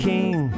King